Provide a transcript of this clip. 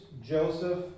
Joseph